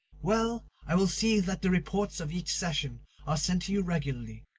well, i will see that the reports of each session are sent to you regularly.